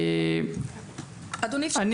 אני